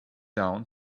down